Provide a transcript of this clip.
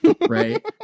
Right